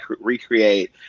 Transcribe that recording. recreate